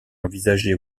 envisagés